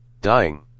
Dying